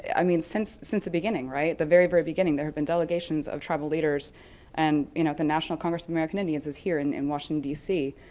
i mean since since the beginning, right? the very, very beginning. there have been delegations of tribal leaders and you know the national congress of american indians is here in in washington d c.